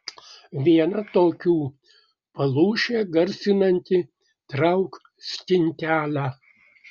viena tokių palūšę garsinanti trauk stintelę